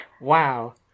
Wow